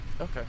Okay